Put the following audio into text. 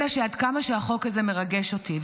אלא שעד כמה שהחוק הזה מרגש אותי,